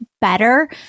better